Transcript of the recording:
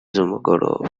z’umugoroba